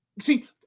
See